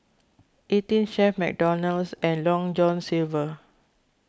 eighteen Chef McDonald's and Long John Silver